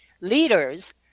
leaders